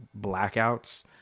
blackouts